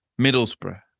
middlesbrough